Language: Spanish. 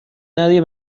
nadie